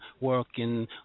working